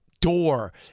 door